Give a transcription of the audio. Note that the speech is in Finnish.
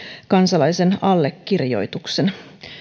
kansalaisen allekirjoituksen